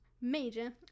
Major